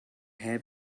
have